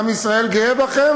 עם ישראל גאה בכם.